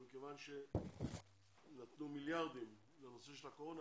אבל מכיוון שנתנו מיליארדים לנושא של הקורונה,